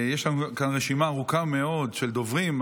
יש כאן רשימה ארוכה מאוד של דוברים.